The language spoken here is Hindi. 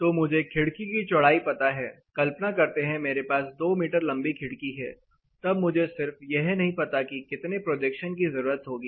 HSTPvtanθ तो मुझे खिड़की की चौड़ाई पता है कल्पना करते हैं मेरे पास 2 मीटर लंबी खिड़की है तब मुझे सिर्फ यह नहीं पता कि कितने प्रोजेक्शन की जरूरत होगी